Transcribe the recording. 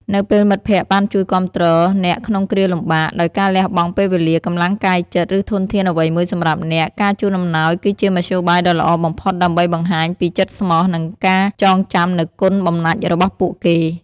នៅពេលមិត្តភក្តិបានជួយគាំទ្រអ្នកក្នុងគ្រាលំបាក ដោយការលះបង់ពេលវេលា កម្លាំងកាយចិត្ត ឬធនធានអ្វីមួយសម្រាប់អ្នក ការជូនអំណោយគឺជាមធ្យោបាយដ៏ល្អបំផុតដើម្បីបង្ហាញពីចិត្តស្មោះ និងការចងចាំនូវគុណបំណាច់របស់ពួកគេ។